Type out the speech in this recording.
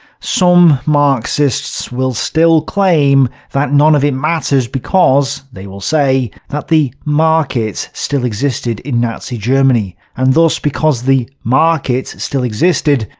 some marxists will still claim that none of it matters because, they will say, that the market still existed in nazi germany. and thus, because the market still existed,